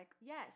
Yes